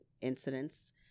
incidents